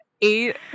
eight